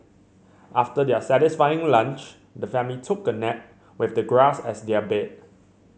after their satisfying lunch the family took a nap with the grass as their bed